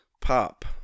pop